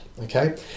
okay